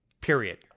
Period